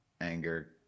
anger